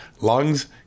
lungs